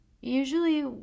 usually